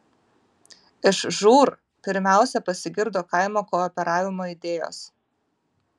iš žūr pirmiausia pasigirdo kaimo kooperavimo idėjos